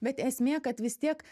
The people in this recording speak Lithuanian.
bet esmė kad vis tiek